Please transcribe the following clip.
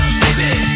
baby